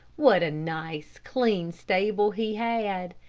what a nice, clean stable he had!